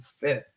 fifth